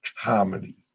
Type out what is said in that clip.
comedy